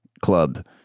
Club